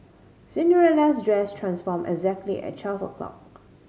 Cinderella's dress transformed exactly at twelve o'clock